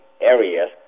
areas